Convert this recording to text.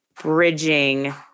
bridging